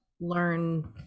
learn